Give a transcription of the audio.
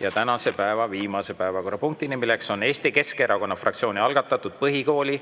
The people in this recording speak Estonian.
ja tänase viimase päevakorrapunktini, mis on Eesti Keskerakonna fraktsiooni algatatud põhikooli-